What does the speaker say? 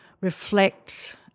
reflect